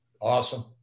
awesome